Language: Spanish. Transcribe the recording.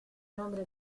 nombre